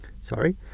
sorry